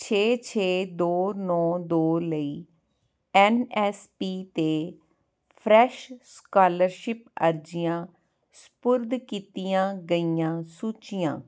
ਛੇ ਛੇ ਦੋ ਨੌਂ ਦੋ ਲਈ ਐੱਨ ਐੱਸ ਪੀ 'ਤੇ ਫਰੈੱਸ਼ ਸਕਾਲਰਸ਼ਿਪ ਅਰਜੀਆਂ ਸਪੁਰਦ ਕੀਤੀਆਂ ਗਈਆਂ ਸੂਚੀਆਂ